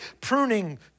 pruning